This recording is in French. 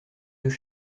deux